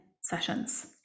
sessions